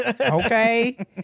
Okay